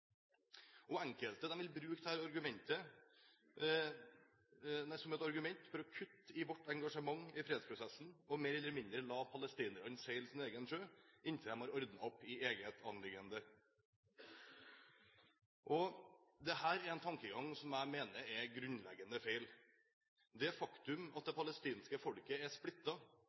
Enkelte vil bruke dette som et argument for å kutte i vårt engasjement i fredsprosessen og mer eller mindre la palestinerne seile sin egen sjø inntil de har ordnet opp i eget anliggende. Dette er en tankegang som jeg mener er grunnleggende feil. Det faktum at det palestinske folket er